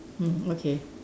mm okay